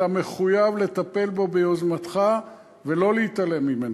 אתה מחויב לטפל בו ביוזמתך ולא להתעלם ממנו.